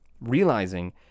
realizing